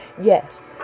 Yes